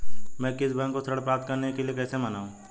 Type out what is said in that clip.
मैं किसी बैंक को ऋण प्राप्त करने के लिए कैसे मनाऊं?